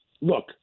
look